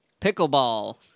pickleball